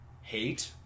hate